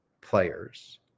Players